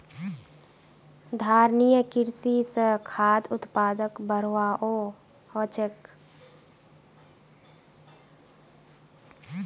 धारणिये कृषि स खाद्य उत्पादकक बढ़ववाओ ह छेक